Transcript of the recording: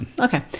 Okay